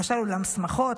למשל אולם שמחות,